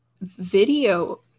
video